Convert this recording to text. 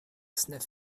sniff